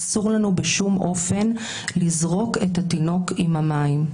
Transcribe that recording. אסור לנו בשום אופן לזרוק את התינוק עם המים.